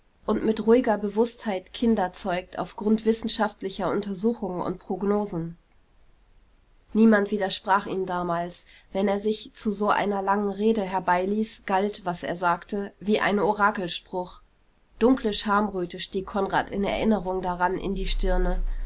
und mit ruhiger bewußtheit kinder zeugt auf grund wissenschaftlicher untersuchungen und prognosen niemand widersprach ihm damals wenn er sich zu so einer langen rede herbeiließ galt was er sagte wie ein orakelspruch dunkle schamröte stieg konrad in erinnerung daran in die stirne